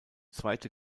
zweite